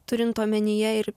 turint omenyje ir